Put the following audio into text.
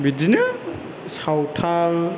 बिदिनो सावथाल